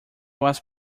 was